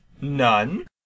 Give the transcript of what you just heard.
none